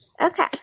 okay